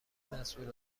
مسئول